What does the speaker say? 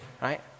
right